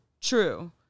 true